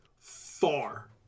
far